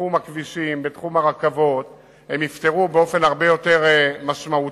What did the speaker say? בתחום הכבישים ובתחום הרכבות יפתרו באופן הרבה יותר משמעותי,